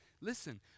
Listen